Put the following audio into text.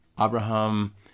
Abraham